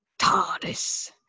TARDIS